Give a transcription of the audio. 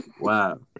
Wow